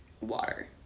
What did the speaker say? water